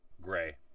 Gray